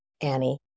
Annie